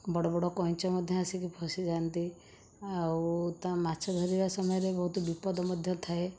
ବଡ଼ ବଡ଼ କଇଁଚ ମଧ୍ୟ ଆସିକି ଫସିଯାନ୍ତି ଆଉ ତା ମାଛ ଧରିବା ସମୟରେ ବହୁତ ବିପଦ ମଧ୍ୟ ଥାଏ